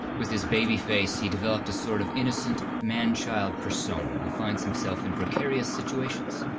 with his baby face he developed a sort of innocent man-child persona who finds himself in precarious situations,